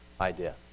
idea